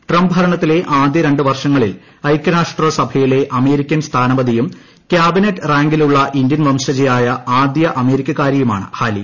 Trump ഭരണത്തിലെ ആദ്യ രണ്ട് വർഷങ്ങളിൽ ഐക്യരാഷ്ട്ര സഭയിലെ അമേരിക്കൻ സ്ഥാനപതിയും ക്യാബിനറ്റ് റാങ്കിലുള്ള ഇന്ത്യൻ വംശജയായ ആദ്യ അമേരിക്കകാരിയുമാണ് ഹാലി